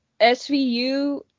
SVU